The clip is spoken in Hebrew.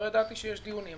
לא ידעתי שיש דיונים,